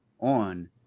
on